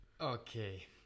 okay